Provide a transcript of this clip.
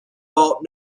bought